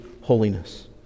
holiness